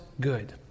good